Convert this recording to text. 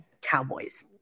cowboys